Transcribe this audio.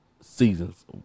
seasons